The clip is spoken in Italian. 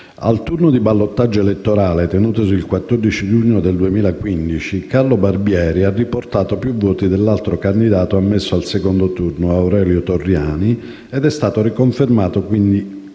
Al turno di ballottaggio elettorale, tenutosi il 14 giugno 2015, Carlo Barbieri ha riportato più voti dell'altro candidato ammesso al secondo turno, Aurelio Torriani, ed è stato confermato quindi